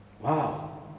Wow